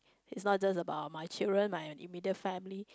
it's not just about my children my immediate family